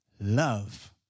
love